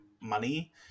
money